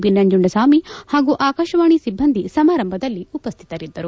ಚ ನಂಜುಂಡಸ್ವಾಮಿ ಹಾಗೂ ಆಕಾಶವಾಣಿ ಸಿಬ್ದಂದಿ ಸಮಾರಂಭದಲ್ಲ ಉಪಸ್ಥಿತಲಿದ್ದರು